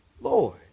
Lord